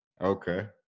okay